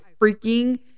freaking